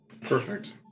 Perfect